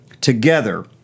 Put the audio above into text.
together